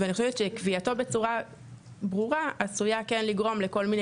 ואני חושבת שקביעתו בצורה ברורה עשויה כן לגרום לכל מיני